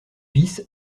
bis